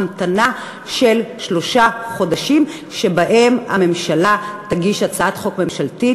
המתנה של שלושה חודשים שבהם הממשלה תגיש הצעת חוק ממשלתית